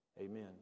amen